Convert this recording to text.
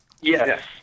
Yes